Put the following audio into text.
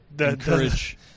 encourage